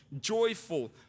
joyful